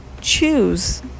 choose